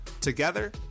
Together